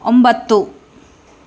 ಒಂಬತ್ತು